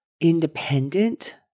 independent